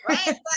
Right